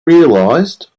realized